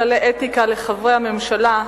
כללי אתיקה לחברי הממשלה),